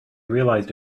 realized